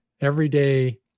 everyday